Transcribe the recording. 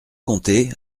compter